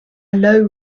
low